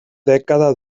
dècada